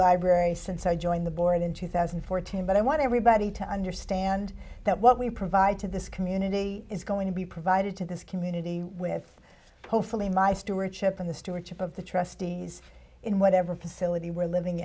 library since i joined the board in two thousand and fourteen but i want everybody to understand that what we provide to this community is going to be provided to this community with hopefully my stewardship and the stewardship of the trustees in whatever passivity we're living